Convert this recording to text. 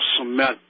cement